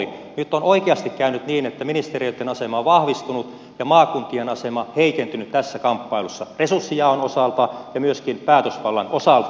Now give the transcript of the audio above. nyt on oikeasti käynyt niin että ministeriöitten asema on vahvistunut ja maakuntien asema heikentynyt tässä kamppailussa resurssijaon osalta ja myöskin päätösvallan osalta